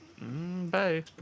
Bye